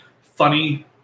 funny